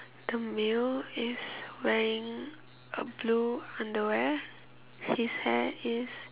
the male is wearing a blue underwear his hair is